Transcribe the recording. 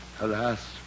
Alas